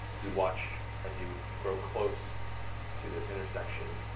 you watch as you grow close to this intersection,